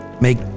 Make